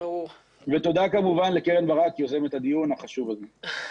תודה כמובן לקרן ברק יוזמת הדיון החשוב הזה.